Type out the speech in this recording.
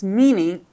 meaning